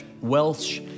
Welsh